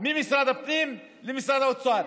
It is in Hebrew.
ממשרד הפנים למשרד האוצר.